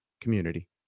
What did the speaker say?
community